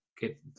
get